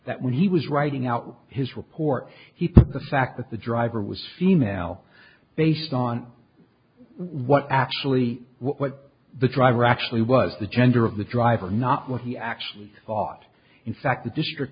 that when he was writing out his report he thought the fact that the driver was female based on what actually what the driver actually was the gender of the driver not what he actually thought in fact the district